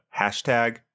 hashtag